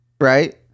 Right